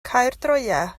caerdroea